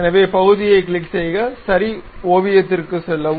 எனவே பகுதியைக் கிளிக் செய்க சரி ஓவியத்திற்குச் செல்லவும்